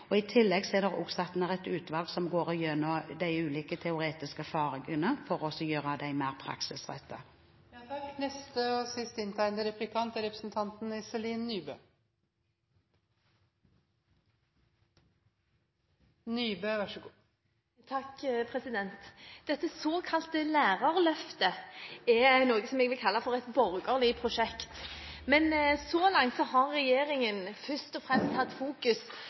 fagfordypning. I tillegg er det satt ned et utvalg som går gjennom de ulike teoretiske fagene for å gjøre dem mer praksisrettet. Det såkalte lærerløftet er noe jeg vil kalle et borgerlig prosjekt. Men så langt har regjeringen først og fremst hatt fokus